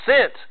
sent